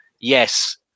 Yes